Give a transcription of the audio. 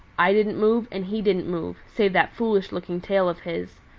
i didn't move, and he didn't move, save that foolish looking tail of his.